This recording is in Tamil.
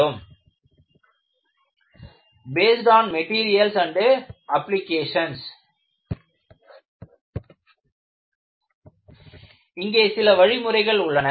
Based on materials and applications based on materials and applications இங்கே சில வழிமுறைகள் உள்ளன